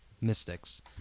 mystics